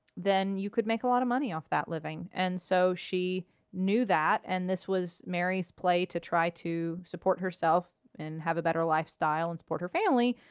then you could make a lot of money off that living. and so she knew that, and this was mary's play to try to support herself, and have a better lifestyle, and support her family,